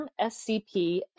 SCP